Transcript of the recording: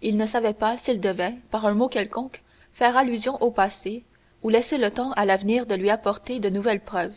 il ne savait pas s'il devait par un mot quelconque faire allusion au passé ou laisser le temps à l'avenir de lui apporter de nouvelles preuves